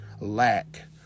lack